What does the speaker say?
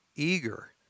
eager